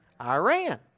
Iran